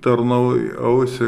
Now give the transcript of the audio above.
tarnui ausį